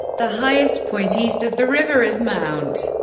the highest point east of the river is mt.